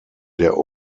der